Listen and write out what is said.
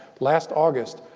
last august,